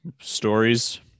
stories